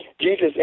Jesus